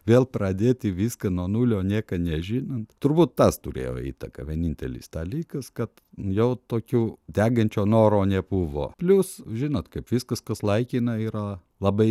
vėl pradėti viską nuo nulio nieko nežinant turbūt tas turėjo įtaką vienintelis dalykas kad jau tokio degančio noro nebuvo plius žinot kaip viskas kas laikina yra labai